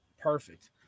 Perfect